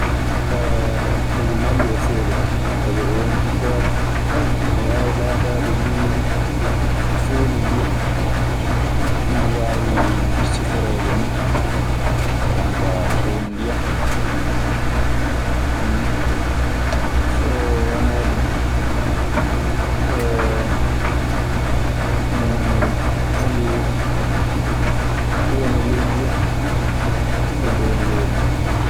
indu nandi e foondu kaa sabi o won bippoole mo waawi laataade duu foondu ndiyan. Indu w-waawi siforeede nii, jon kaa foondu ndiyan. Ɗun nii. So wanaa ɗun, e ndu wona ley ndiyan e dow njoorndi.